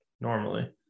Normally